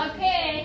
Okay